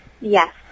Yes